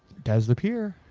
does appear.